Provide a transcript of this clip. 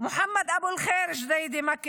מוחמד אבו אל חיר מג'דיידה-מכר,